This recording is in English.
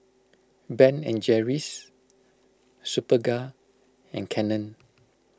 Ben and Jerry's Superga and Canon